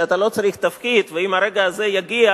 שאתה לא צריך תפקיד ואם הרגע הזה יגיע